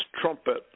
trumpet